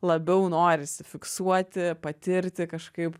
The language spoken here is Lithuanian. labiau norisi fiksuoti patirti kažkaip